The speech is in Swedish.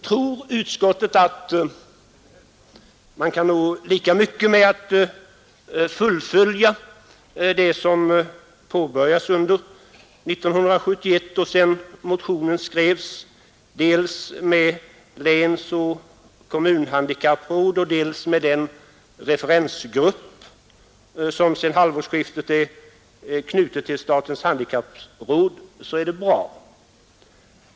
Tror utskottet att man kan nå lika mycket med att fullfölja det som påbörjats under 1971 och sedan motionen skrevs — dels med länsoch kommunhandikappråd, dels med den referensgrupp som sedan halvårsskiftet är knuten till statens handikappråd — är det bra.